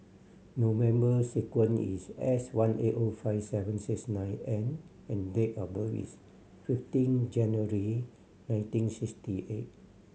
no member sequence is S one eight O five seven six nine N and date of birth is fifteen January nineteen sixty eight